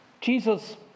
Jesus